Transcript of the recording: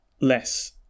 less